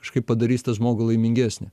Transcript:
kažkaip padarys tą žmogų laimingesnį